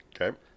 Okay